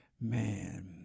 Man